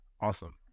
Awesome